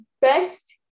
best